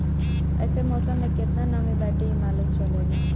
एसे मौसम में केतना नमी बाटे इ मालूम चलेला